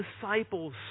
disciples